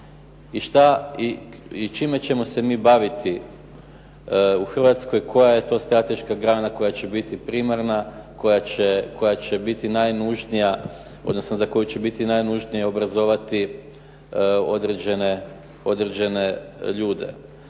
i čime ćemo se mi baviti u Hrvatskoj, koja je to strateška grana koja će biti primarna, koja će biti najnužnija, odnosno za koju će biti najnužnije obrazovati određene ljude.